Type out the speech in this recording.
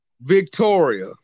Victoria